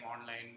online